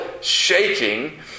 shaking